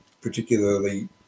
particularly